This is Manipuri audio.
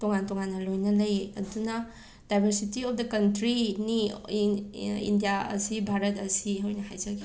ꯇꯣꯉꯥꯟ ꯇꯣꯉꯥꯟꯅ ꯂꯣꯏꯅ ꯂꯩꯌꯦ ꯑꯗꯨꯅ ꯗꯥꯏꯕꯔꯁꯤꯇꯤ ꯑꯣꯞ ꯗ ꯀꯟꯇ꯭ꯔꯤ ꯅꯤ ꯏꯟ ꯏ ꯏꯟꯗꯤꯌꯥ ꯑꯁꯤ ꯚꯥꯔꯠ ꯑꯁꯤ ꯑꯣꯏꯅ ꯍꯥꯏꯖꯒꯦ